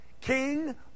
king